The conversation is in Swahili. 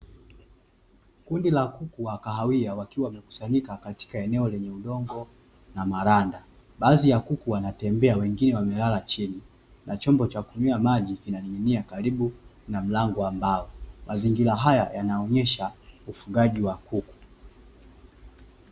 Kundi la kuku wa kahawia wakiwa wamekusanyika katika eneo lenye udongo na maranda, baadhi ya kuku wanatembea na wengine wamelala chini na chombo cha kunywea maji kinaning'inia karibu na mlango wa mbao, mazingira haya yanaonyesha ufugaji wa kuku.